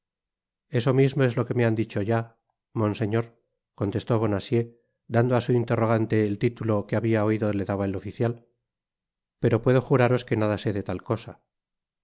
eso mismo es lo que me han dicho ya monseñor contestó bonacieux dando á su interrogante el titulo que habia oido le daba el oficial pero puedo juraros que nada sé de tal cosa